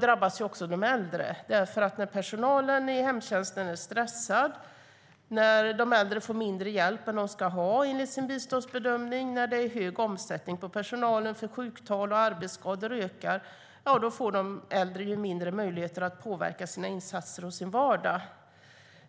drabbas också de äldre. När personalen i hemtjänsten är stressad, när de äldre får mindre hjälp än vad de ska enligt sin biståndsbedömning, när det är stor omsättning på personalen därför att sjuktal och arbetsskador ökar får de äldre mindre möjligheter att påverka sina insatser och sin vardag.